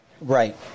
right